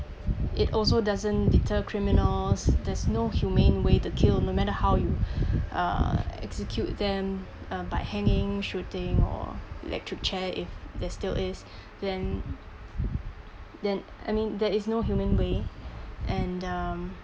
it also doesn't deter criminals there's no humane way to kill no matter how you uh execute them uh by hanging shooting or electric chair if there still is then then I mean there is no humane way and um